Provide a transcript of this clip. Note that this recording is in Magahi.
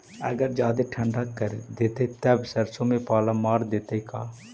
अगर जादे ठंडा कर देतै तब सरसों में पाला मार देतै का?